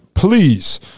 Please